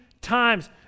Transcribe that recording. times